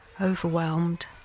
Overwhelmed